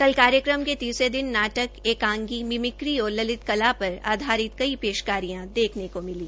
कल कार्यक्रम के तीसरे दिन नाटक एकांगी मिमिक्री और ललित कला पर आधारित कई पेशकारियां देखने को मिली